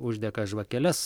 uždega žvakeles